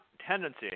tendency